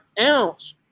ounce